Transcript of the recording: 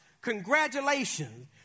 congratulations